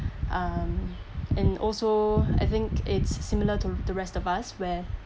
um and also I think it's similar to the rest of us where